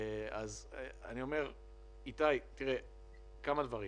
איתי, כמה דברים.